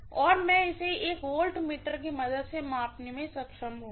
और मैं इसे एक वोल्ट्मीटर की मदद से मापने में सक्षम होउंगी